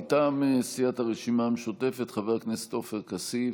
מטעם סיעת הרשימה המשותפת, חבר הכנסת עופר כסיף,